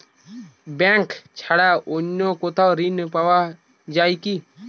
Bank ছাড়া অন্য কোথাও ঋণ পাওয়া যায় কি?